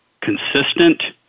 consistent